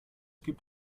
gibt